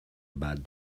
about